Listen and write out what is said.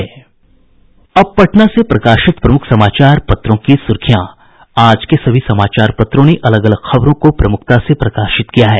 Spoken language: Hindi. अब पटना से प्रकाशित प्रमुख समाचार पत्रों की सुर्खियां आज के सभी समाचार पत्रों ने अलग अलग खबरों को प्रमुखता से प्रकाशित किया है